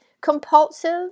compulsive